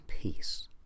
peace